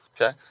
okay